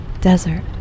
desert